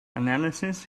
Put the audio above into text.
analysis